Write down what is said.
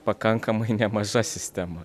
pakankamai nemaža sistema